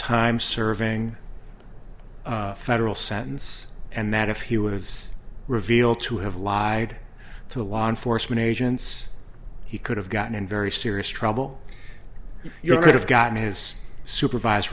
time serving federal sentence and that if he was revealed to have lied to law enforcement agents he could have gotten in very serious trouble your have gotten his supervise